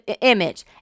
image